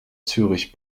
zürich